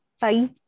Bye